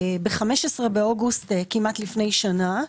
ב-15 באוגוסט, כמעט לפני שנה,